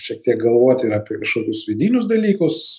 šiek tiek galvot ir apie kažkokius vidinius dalykus